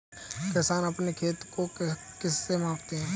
किसान अपने खेत को किससे मापते हैं?